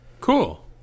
cool